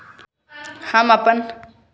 हम अपन मोबाइल पर मार्केट भाव केना देख सकै छिये?